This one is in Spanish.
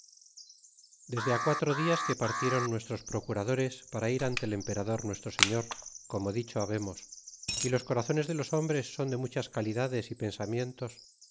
desde quatro dias que partiéron nuestros procuradores para ir ante el emperador nuestro señor corno dicho babemos ylos corazones de los hombres son de muchas calidades é pensamientos